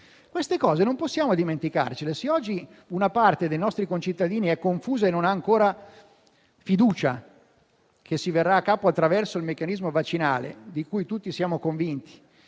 Queste cose non possiamo dimenticarle. Se oggi una parte dei nostri concittadini è confusa e non ha ancora fiducia che si verrà a capo dell'infezione pandemica attraverso il meccanismo vaccinale, di cui tutti siamo convinti,